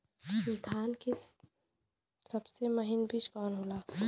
धान के सबसे महीन बिज कवन होला?